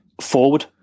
forward